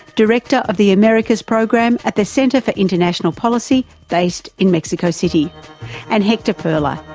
director of the americas program at the centre for international policy based in mexico city and hector perla,